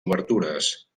obertures